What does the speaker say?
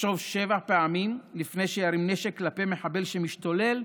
לחשוב שבע פעמים לפני שירים נשק כלפי מחבל שמשתולל,